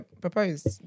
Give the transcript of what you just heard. proposed